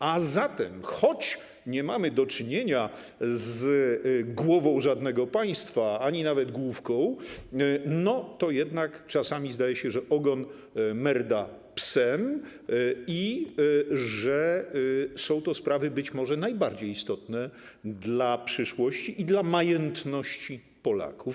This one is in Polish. A zatem, choć nie mamy do czynienia z głową żadnego państwa ani nawet główką, to jednak czasami zdaje się, że ogon merda psem i że są to sprawy być może najbardziej istotne dla przyszłości i dla majętności Polaków.